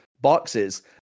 boxes